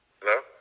Hello